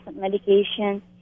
medication